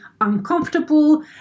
uncomfortable